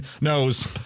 Knows